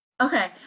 Okay